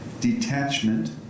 detachment